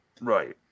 right